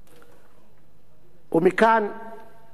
מכאן לחיזוק